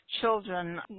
children